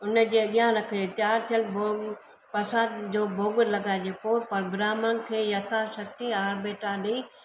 हुनजे अॻियां रखे तयारु थियलु भोग प्रसाद जो भोग लॻाइजे पो पर ब्राम्हन खे यथाशक्ति और भेंटा ॾेई